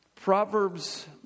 Proverbs